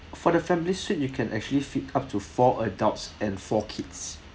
for the family suite you can actually fit up to four adults and four kids